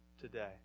today